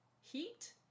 heat